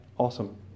awesome